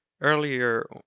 earlier